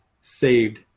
saved